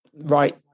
right